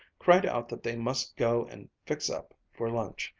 cried out that they must go and fix up for lunch,